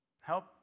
help